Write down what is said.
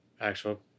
actual